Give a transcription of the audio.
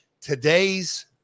today's